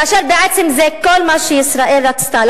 כאשר בעצם זה כל מה שישראל רצתה,